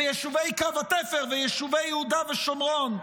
ויישובי קו התפר ויישובי יהודה ושומרון?